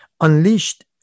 unleashed